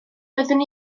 doeddwn